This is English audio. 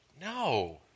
no